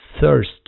thirst